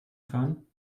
fahren